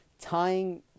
Tying